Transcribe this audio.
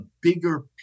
bigger